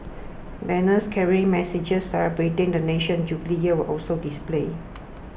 banners carrying messages celebrating the nation's jubilee year were also displayed